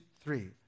three